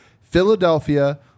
Philadelphia